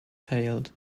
failed